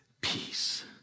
Peace